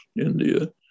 India